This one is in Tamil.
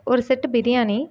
ஒரு செட்டு பிரியாணி